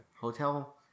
hotel